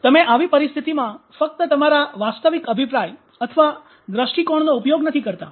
તમે આવી પરિસ્થિતિમાં ફક્ત તમારા વાસ્તવિક અભિપ્રાય અથવા દ્રષ્ટિકોણનો ઉપયોગ નથી કરતાં